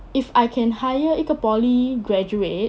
if I can hire 一个 poly graduate